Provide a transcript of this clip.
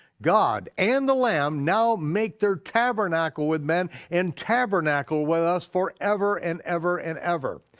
god and the land now make their tabernacle with men and tabernacle with us for ever and ever and ever.